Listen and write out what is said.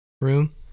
room